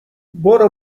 برو